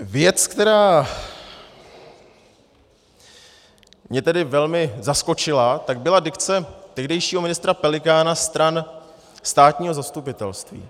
Věc, které mě tedy velmi zaskočila, byla dikce tehdejšího ministra Pelikána stran státního zastupitelství.